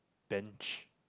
benches